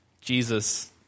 Jesus